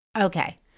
Okay